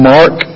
Mark